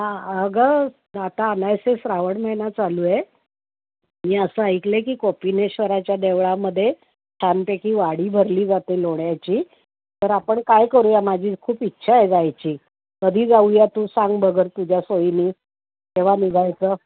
हां अगं आता अनायासे श्रावण महिना चालू आहे मी असं ऐकलं आहे की कोपिनेश्वराच्या देवळामध्ये छानपैकी वाढी भरली जाते लोण्याची तर आपण काय करूया माझी खूप इच्छा आहे जायची कधी जाऊया तू सांग बगर तुझ्या सोयीनी केव्हा निघायचं